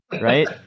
right